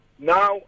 now